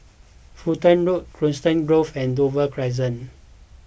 Fulton Road Coniston Grove and Dover Crescent